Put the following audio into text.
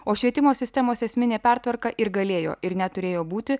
o švietimo sistemos esminė pertvarka ir galėjo ir net turėjo būti